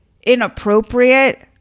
inappropriate